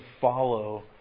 follow